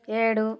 ఏడు